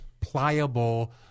pliable